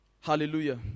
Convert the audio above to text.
Hallelujah